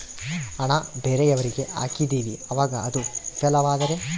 ಹಣ ಬೇರೆಯವರಿಗೆ ಹಾಕಿದಿವಿ ಅವಾಗ ಅದು ವಿಫಲವಾದರೆ?